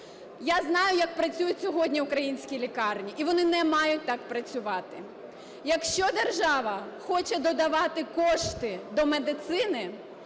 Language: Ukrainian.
Я знаю, як працюють сьогодні українські лікарні, і вони не мають так працювати. Якщо держава хоче додавати кошти до медицини,